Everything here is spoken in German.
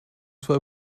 zwei